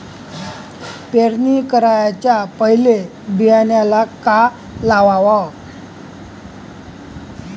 पेरणी कराच्या पयले बियान्याले का लावाव?